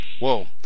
Whoa